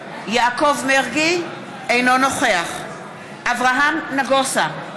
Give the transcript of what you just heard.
אינו נוכח אברהם נגוסה,